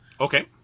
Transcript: Okay